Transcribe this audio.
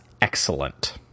excellent